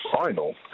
final